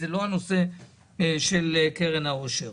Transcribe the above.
זה לא הנושא של קרן העושר.